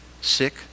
sick